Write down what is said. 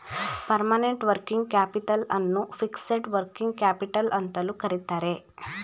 permanent working capital ಅನ್ನು fixed working capital ಅಂತಲೂ ಕರಿತರೆ